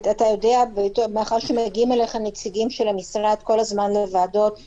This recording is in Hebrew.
מאחר שמגיעים נציגים של המשרד לוועדות כל הזמן,